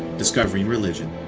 discovering religion.